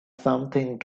something